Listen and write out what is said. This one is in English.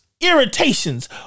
irritations